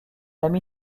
ami